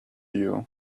you